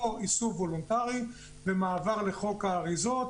או איסוף וולונטרי ומעבר לחוק האריזות,